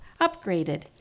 upgraded